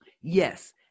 Yes